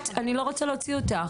רוצה להוציא אותך.